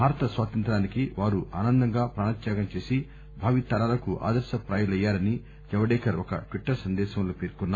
భారత స్వాతంత్ర్యానికి వారు ఆనందంగా ప్రాణ త్యాగం చేసి భావి తరాలకు ఆదర్శప్రాయులయ్యారని జవదేకర్ ఒక ట్విట్టర్ సందేశంలో పేర్కొన్నారు